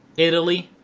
italy,